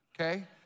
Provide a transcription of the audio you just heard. okay